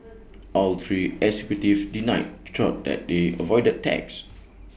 all three executives denied though that they avoided tax